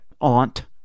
aunt